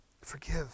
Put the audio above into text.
Forgive